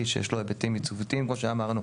שיש לו היבטים יציבותיים כמו שאמרנו,